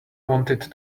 wanted